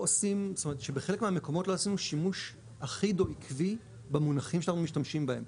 שבחלק מהמקומות לא עשינו שימוש אחיד או עקבי במונחים שאנחנו משתמשים בהם.